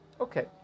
Okay